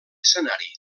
escenari